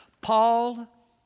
Paul